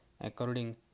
According